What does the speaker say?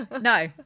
No